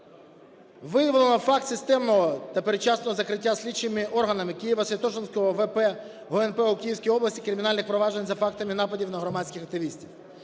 Виявлено факт системного та передчасного закриття слідчими органами Києво-Святошинського ВП ГУНП в Київській області кримінальних проваджень за фактами нападів на громадських активістів.